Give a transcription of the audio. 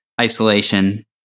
isolation